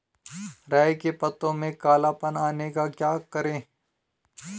राई के पत्तों में काला पन आने पर क्या करें?